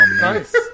Nice